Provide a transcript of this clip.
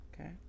Okay